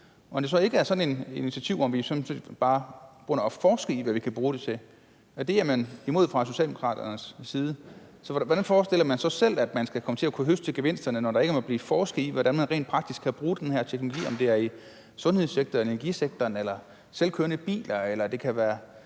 og det er ikke bare sådan et initiativ, hvor vi begynder at forske i, hvad vi kan bruge det til, som man så er imod fra Socialdemokraternes side. Så hvordan forestiller man sig at man skal komme til at kunne høste gevinsterne, når der ikke må blive forsket i, hvordan man rent praktisk kan bruge den her teknologi, altså om det er i sundhedssektoren, energisektoren eller i selvkørende biler? Ja, det kan være